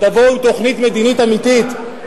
תבואו עם תוכנית מדינית אמיתית,